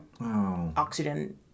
oxygen